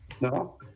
no